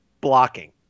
blocking